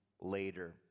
later